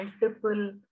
multiple